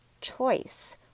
choice